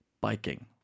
Biking